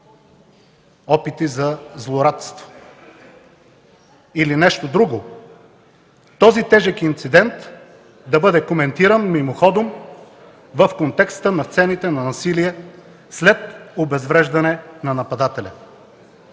опити за злорадство. Или нещо друго – този тежък инцидент да бъде коментиран мимоходом в контекста на сцените на насилие след обезвреждане на нападателя.